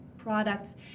products